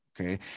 okay